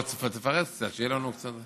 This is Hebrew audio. בוא תפרט קצת, שיהיה לנו קצת,